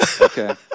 Okay